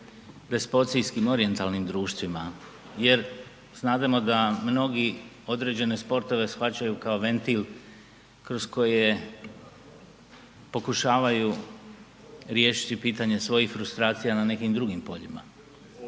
despocijskim orijentalnim društvima jer znademo da mnogi određene sportove shvaćaju kao ventil kroz koje pokušavaju riješiti pitanje svojih frustracija na nekim drugim poljima,